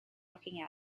looking